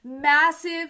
massive